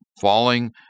falling